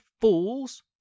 Fools